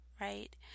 right